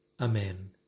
Amen